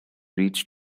reach